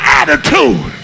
attitude